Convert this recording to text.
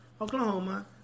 Oklahoma